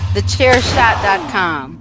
TheChairShot.com